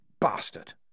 bastard